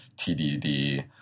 TDD